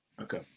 Okay